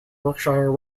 berkshire